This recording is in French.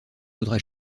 voudra